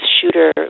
shooter